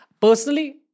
personally